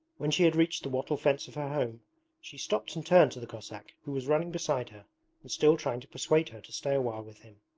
when she had reached the wattle fence of her home she stopped and turned to the cossack who was running beside her and still trying to persuade her to stay a while with him.